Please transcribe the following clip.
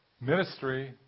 Ministry